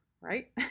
right